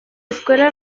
escuela